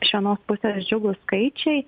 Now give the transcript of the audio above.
iš vienos pusės džiugūs skaičiai